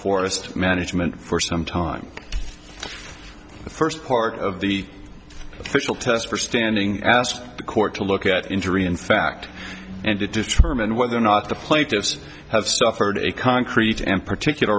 forest management for some time the first part of the official test for standing asked the court to look at injury in fact and to determine whether or not the plaintiffs have suffered a concrete and particular